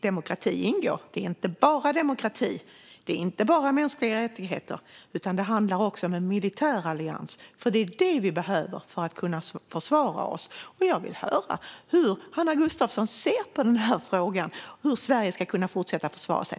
Demokrati ingår, men det handlar inte bara om demokrati och mänskliga rättigheter, utan det handlar också om en militär allians, och det är det vi behöver för att försvara oss. Jag vill höra hur Hanna Gunnarsson ser på frågan om hur Sverige ska kunna fortsätta att försvara sig.